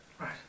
Right